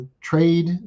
trade